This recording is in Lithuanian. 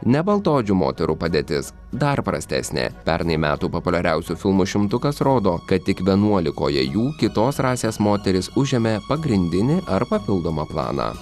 nebaltaodžių moterų padėtis dar prastesnė pernai metų populiariausių filmų šimtukas rodo kad tik vienuolikoje jų kitos rasės moterys užėmė pagrindinį ar papildomą planą